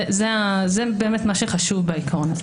זה מה שחשוב בעיקרון.